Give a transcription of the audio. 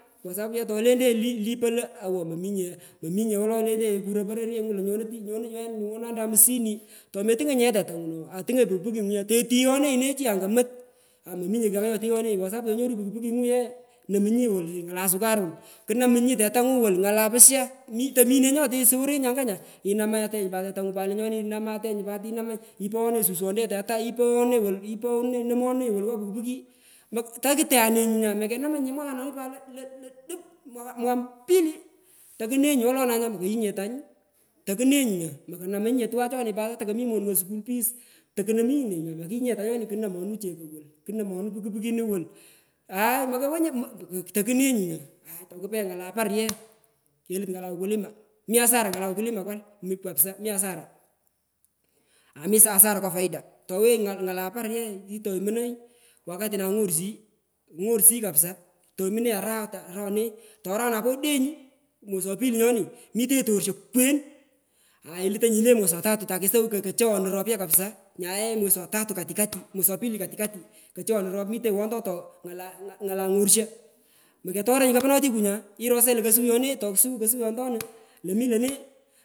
Kwa sapu ye tolenyete lipo lo awo mominye mominya wolo lentenyi kuroy pororyengu lo kanande amsini tometungonyi ye tetangu ooh atungonyi puki puki tighonenyi ne chi anga mot amominye kugh anga nyotighonenyi kwa sapu tonyurunyi puki puki nyu ye nomunyi wolu ngala sukarun kunamunyi tetangu wolu ngala pusha to tomine nyotesorenyi anga nya inamatenyi pat tetangu lenyoni inamatenyi pat inama ipoghoneyi suswonte teta teta ipogho ipoghore inomonunenyi wolu ngo puki puki takutwane nyunya makenamanyinye mwakanoni pat dot dot duk mwaka mpili tokune nyunya wolona nya mokoyu nye tanyu tokune nyunya manamunyinye twachoni pat atakomi monungo skul pees tokunomunyi nenyunyaaa mokiyu nye tanyoni kungun cheko wolu kunomonui piki pikinu wolu aai mokowonye mk aai tokune nyunya ngala par ye kelut nga ukulima mi asara ngala ukulima one kapsa mi asara ami asara ngo paida towenyi ngat ngala ngala par ye kitoimunoi wakatinay ngorshiyi ngiorshiyi kapsa toimunenyi arak arawane to arakra po odeny mwezi wa pili nyoni mitenyi torsho kwen ailutnyi nyini le mwezi wa tatu kesowunyi kochoghonu rop ye kapsa ta le mwezi wa tatu kati kati mwezi wa pili kati kati kochongonu rop mitenyi wondondo ngala ngala ng’orsho moketoranyi koponotiku nya irosanyi kusughyot nee toso nyi lo kosughyontonu mi lonee.